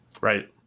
right